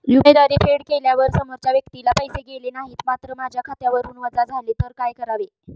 UPI द्वारे फेड केल्यावर समोरच्या व्यक्तीला पैसे गेले नाहीत मात्र माझ्या खात्यावरून वजा झाले तर काय करावे?